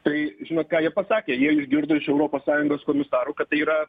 tai žinot ką jie pasakė jie išgirdo iš europos sąjungos komisarų kad tai yra